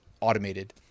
automated